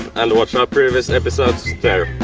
and watch our previous episodes there!